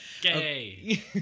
Gay